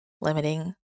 limiting